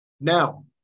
Now